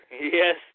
Yes